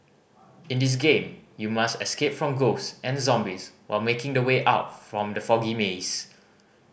in this game you must escape from ghosts and zombies while making the way out from the foggy maze